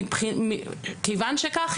כיוון שכך,